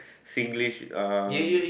Singlish uh